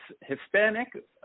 Hispanic